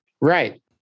Right